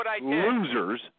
losers